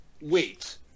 wait